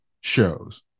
shows